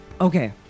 Okay